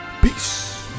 Peace